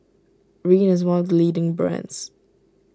Rene is one of leading brands